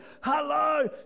hello